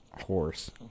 Horse